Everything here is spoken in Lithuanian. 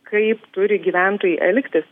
kaip turi gyventojai elgtis